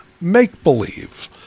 make-believe